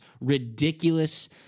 ridiculous